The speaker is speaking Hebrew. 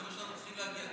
החבר'ה שלנו צריכים להגיע.